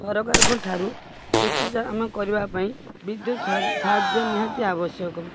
ସରକାରଙ୍କ ଠାରୁ କୃଷି ଚୟନ କରିବା ପାଇଁ ବିଦ୍ୟୁତ ସାହାଯ୍ୟ ନିହାତି ଆବଶ୍ୟକ